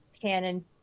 canon